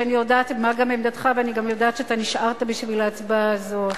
שאני יודעת גם מה עמדתך ואני יודעת שאתה נשארת בשביל ההצבעה הזאת.